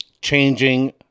changing